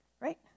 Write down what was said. Right